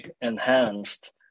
enhanced